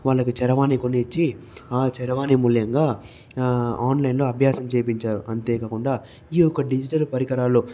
వాళ్ళకు చరవాణి కొని ఇచ్చి ఆ చరవాణి మూల్యంగా ఆన్లైన్లో అభ్యాసం చేయించారు అంతేకాకుండా ఈ యొక్క డిజిటల్ పరికరాలు